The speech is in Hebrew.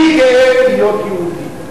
אני גאה להיות יהודי,